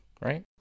right